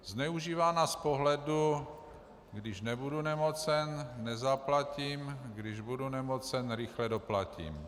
Zneužívána z pohledu když nebudu nemocen, nezaplatím, když budu nemocen, rychle doplatím.